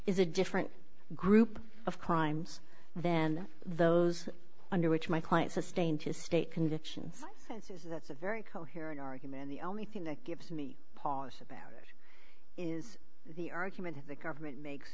is a different group of crimes then those under which my client sustained his state convictions and says that's a very coherent argument the only thing that gives me pause about is the argument if the government makes